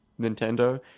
Nintendo